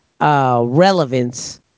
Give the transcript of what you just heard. relevance